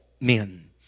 men